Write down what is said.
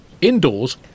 Indoors